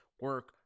Work